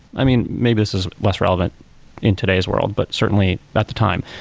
i mean, maybe this is less relevant in today's world, but certainly at the time,